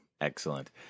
Excellent